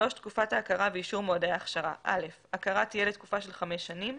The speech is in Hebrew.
"תקופת ההכרה ואישור מועדי ההכשרה הכרה תהיה לתקופה של חמש שנים,